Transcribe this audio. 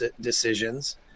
decisions